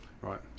Right